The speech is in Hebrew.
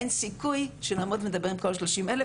אין סיכוי שנעמוד ונדבר עם כל ה-30,000,